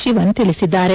ಶಿವನ್ ತಿಳಿಸಿದ್ದಾರೆ